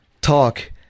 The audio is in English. talk